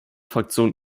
fraktion